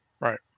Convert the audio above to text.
right